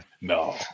No